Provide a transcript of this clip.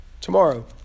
Tomorrow